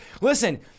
Listen